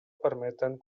permeten